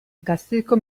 gasteizko